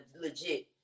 legit